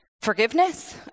forgiveness